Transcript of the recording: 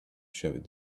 shouted